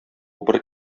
убыр